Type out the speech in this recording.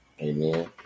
Amen